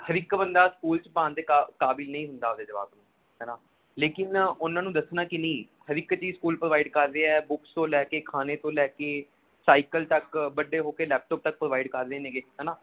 ਹਰ ਇੱਕ ਬੰਦਾ ਸਕੂਲ 'ਚ ਪਾਉਣ ਦੇ ਕਾ ਕਾਬਲ ਨਹੀਂ ਹੁੰਦਾ ਆਪਦੇ ਜਵਾਕ ਨੂੰ ਹੈ ਨਾ ਲੇਕਿਨ ਉਹਨਾਂ ਨੂੰ ਦੱਸਣਾ ਕਿ ਨਹੀਂ ਹਰ ਇੱਕ ਚੀਜ਼ ਸਕੂਲ ਪ੍ਰੋਵਾਈਡ ਕਰ ਰਿਹਾ ਬੁੱਕਸ ਤੋਂ ਲੈ ਕੇ ਖਾਣੇ ਤੋਂ ਲੈ ਕੇ ਸਾਈਕਲ ਤੱਕ ਵੱਡੇ ਹੋ ਕੇ ਲੈਪਟੋਪ ਤੱਕ ਪ੍ਰੋਵਾਈਡ ਕਰਦੇ ਨੇਗੇ ਹੈ ਨਾ